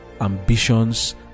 ambitions